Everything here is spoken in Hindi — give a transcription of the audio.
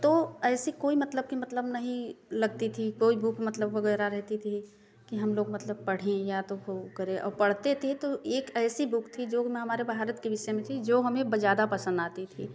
तो ऐसी कोई मतलब की मतलब नहीं लगती थी कोई बुक मतलब वगैरह रहती थी कि हम लोग मतलब पढ़ें या तो फि वो करें और पढ़ते थे तो एक ऐसी बुक थी जो हमारे भारत की विषय में थी जो हमें ब ज्यादा पसंद आती थी